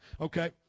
okay